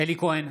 אלי כהן,